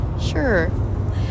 Sure